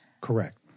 Correct